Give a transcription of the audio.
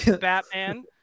Batman